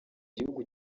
gihugu